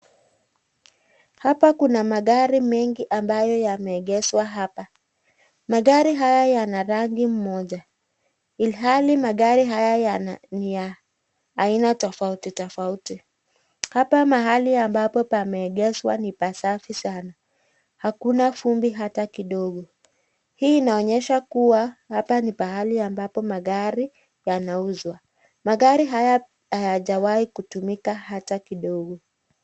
Hapa kuna magari mengi ambayo yameegeshwa hapa , magari haya yana rangi moja ilhali magari haya ni ya aina tofauti tofauti ,hapa mahali ambapo pameegeshwa ni pasafi sana , hakuna vumbi hata kidogo ,hii inaonyesha kuwa hapa ni pahali ambapo magari yanauzwa, magari haya hayajawai kutumika hata kidogo.